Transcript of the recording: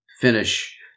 finish